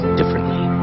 differently